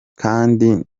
kandi